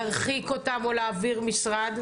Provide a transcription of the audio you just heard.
אם להרחיק אותם או להעביר למשרד?